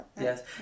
Yes